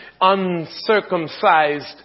uncircumcised